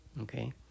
okay